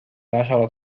عشر